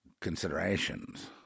considerations